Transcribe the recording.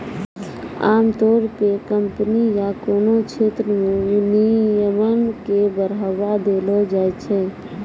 आमतौर पे कम्पनी या कोनो क्षेत्र मे विनियमन के बढ़ावा देलो जाय छै